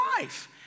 life